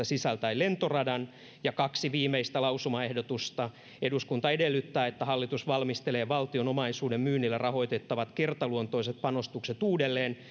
sisältäen lentoradan ja kaksi viimeistä lausumaehdotusta eduskunta edellyttää että hallitus valmistelee valtion omaisuuden myynnillä rahoitettavat kertaluontoiset panostukset uudelleen